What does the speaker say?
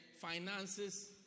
finances